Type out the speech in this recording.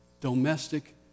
Domestic